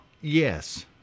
Yes